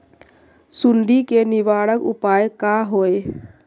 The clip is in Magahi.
सुंडी के निवारक उपाय का होए?